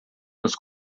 nos